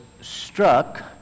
struck